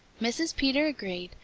mrs. peter agreed,